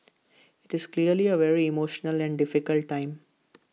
IT is clearly A very emotional and difficult time